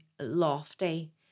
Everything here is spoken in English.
lofty